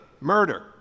murder